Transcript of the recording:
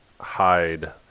hide